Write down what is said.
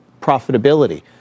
profitability